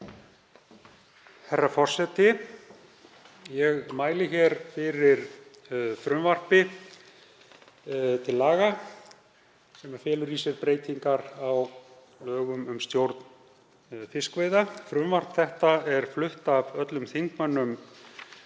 Herra forseti. Ég mæli hér fyrir frumvarpi til laga sem felur í sér breytingar á lögum um stjórn fiskveiða. Frumvarp þetta er flutt af öllum þingmönnum